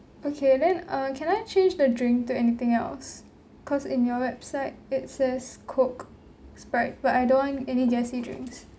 okay then uh can I change the drink to anything else cause in your website it says coke sprite but I don't want any gassy drinks